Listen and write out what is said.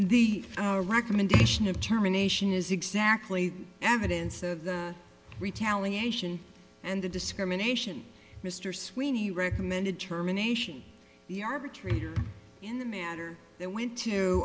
the recommendation of terminations is exactly the evidence of the retaliation and the discrimination mr sweeney recommended terminations the arbitrator in the matter that went to